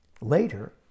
later